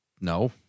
no